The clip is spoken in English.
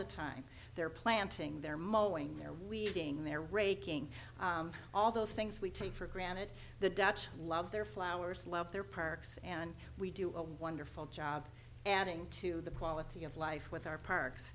the time they're planting their moeen near weaving they're raking all those things we take for granted the dutch love their flowers love their parks and we do a wonderful job adding to the quality of life with our parks